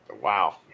wow